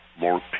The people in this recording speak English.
more